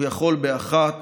הוא יכול באחת